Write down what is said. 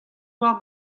war